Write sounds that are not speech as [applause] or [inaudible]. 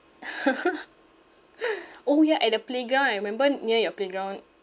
[laughs] orh ya at the playground I remember near your playground